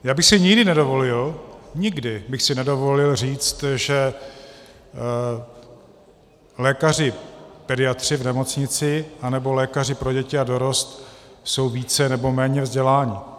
Já bych si nikdy nedovolil, nikdy bych si nedovolil říct, že lékaři pediatři v nemocnici anebo lékaři pro děti a dorost jsou více nebo méně vzděláni.